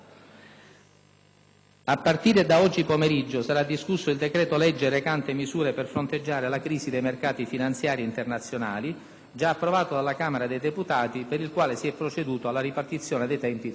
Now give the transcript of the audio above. A partire da oggi pomeriggio sarà discusso il decreto-legge recante misure per fronteggiare la crisi dei mercati finanziari internazionali, già approvato dalla Camera dei deputati, per il quale si è proceduto alla ripartizione dei tempi tra i Gruppi.